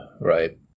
Right